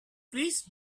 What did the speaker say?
please